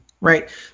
right